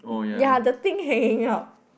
ya the thing hanging out